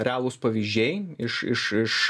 realūs pavyzdžiai iš iš iš